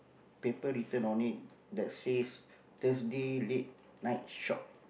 paper written on it that says Thursday late night shop